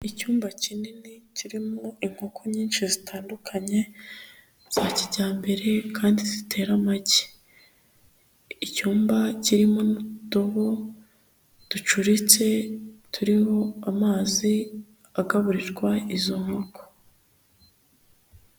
Icyumba kinini kirimo inkoko nyinshi zitandukanye za kijyambere kandi zitera amagi. Icyumba kirimo utudobo ducuritse turiho amazi agaburirwa izo nkoko.